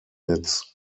its